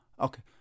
Okay